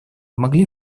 могли